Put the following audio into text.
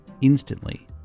instantly